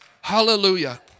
Hallelujah